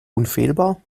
unfehlbar